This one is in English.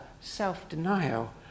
self-denial